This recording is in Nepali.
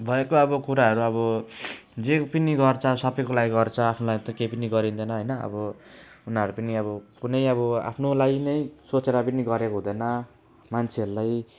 भएको अब कुराहरू अब जे पनि गर्छ सबैको लागि गर्छ आफ्नो लागि त केही पनि गरिँदैन होइन अब उनीहरू पनि अब कुनै अब आफ्नो लागि नै सोचेर पनि गरेको हुँदैन मान्छेहरूलाई